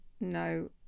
No